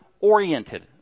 oriented